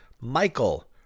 Michael